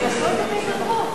תעשו את זה בהידברות.